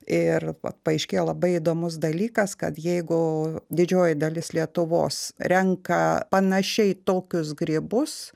ir paaiškėjo labai įdomus dalykas kad jeigu didžioji dalis lietuvos renka panašiai tokius grybus